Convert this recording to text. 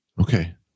Okay